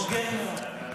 אוקיי, אוקיי.